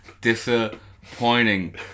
disappointing